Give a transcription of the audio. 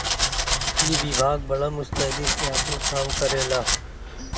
ई विभाग बड़ा मुस्तैदी से आपन काम करेला